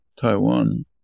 Taiwan